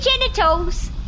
genitals